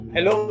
Hello